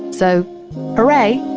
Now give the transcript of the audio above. so hurray,